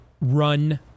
Run